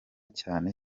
cyane